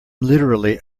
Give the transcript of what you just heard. literally